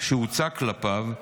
שהוצא כלפיו,